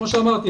כמו שאמרתי,